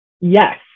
Yes